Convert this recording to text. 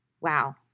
Wow